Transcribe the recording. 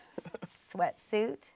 sweatsuit